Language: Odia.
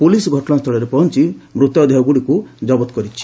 ପୁଲିସ ଘଟଶାସ୍ଥଳରେ ପହଞ୍ ମୃତଦେହଗୁଡ଼ିକୁ ଜବତ କରିଛି